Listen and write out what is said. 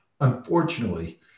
unfortunately